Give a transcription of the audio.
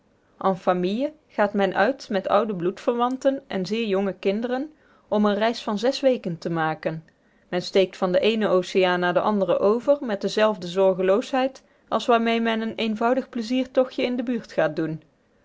en famille gaat men uit met oude bloedverwanten en zeer jonge kinderen om eene reis van zes weken te maken men steekt van den eenen oceaan naar den anderen over met dezelfde zorgeloosheid als waarmee men een eenvoudig pleziertochtje in de buurt gaat doen